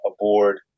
aboard